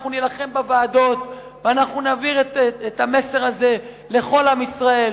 אנחנו נילחם בוועדות ונעביר את המסר הזה לכל עם ישראל,